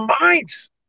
minds